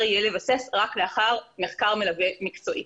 יהיה לבסס רק לאחר מחקר מלווה מקצועי.